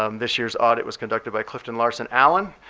um this year's audit was conducted by cliftonlarsonallen.